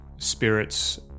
Spirits